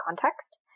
context